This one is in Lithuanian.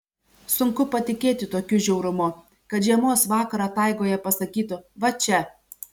sunku patikėti tokiu žiaurumu kad žiemos vakarą taigoje pasakytų va čia